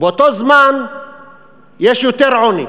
ובאותו זמן יש יותר עוני?